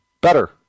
better